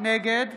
נגד